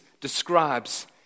describes